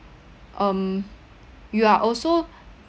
um you are also